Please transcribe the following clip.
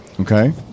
Okay